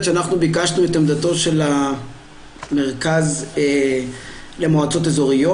שביקשנו את עמדתו של המרכז למועצות אזוריות,